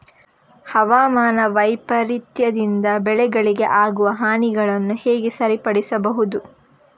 ಹವಾಮಾನ ವೈಪರೀತ್ಯದಿಂದ ಬೆಳೆಗಳಿಗೆ ಆಗುವ ಹಾನಿಗಳನ್ನು ಹೇಗೆ ಸರಿಪಡಿಸಬಹುದು?